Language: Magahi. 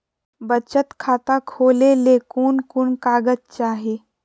बचत खाता खोले ले कोन कोन कागज चाही?